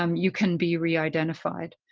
um you can be reidentified.